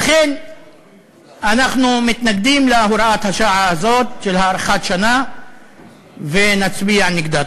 לכן אנחנו מנגדים להוראת השעה הזו של הארכה לשנה ונצביע נגדה.